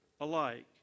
alike